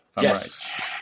Yes